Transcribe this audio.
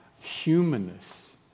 humanness